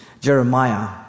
Jeremiah